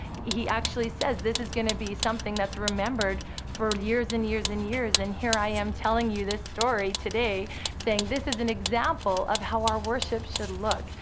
he actually says, this is gonna be something that's remembered for years and years and years. and here i am telling you this story today saying this is an example of how our worships should look.